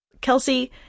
Kelsey